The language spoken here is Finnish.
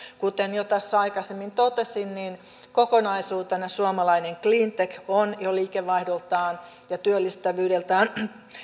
kuten jo tässä aikaisemmin totesin kokonaisuutena suomalainen cleantech on jo liikevaihdoltaan ja työllistävyydeltään